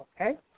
okay